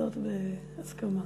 החלטות בהסכמה.